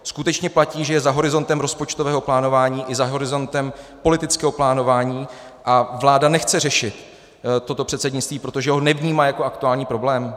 Skutečně platí, že je za horizontem rozpočtového plánování i za horizontem politického plánování, a vláda nechce řešit toto předsednictví, protože ho nevnímá jako aktuální problém?